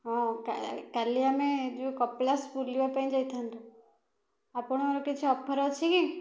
ହଁ କାଲି ଆମେ ଯେଉଁ କପିଳାସ ବୁଲିବା ପାଇଁ ଯାଇଥାନ୍ତୁ ଆପଣଙ୍କର କିଛି ଅଫର୍ ଅଛି କି